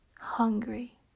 hungry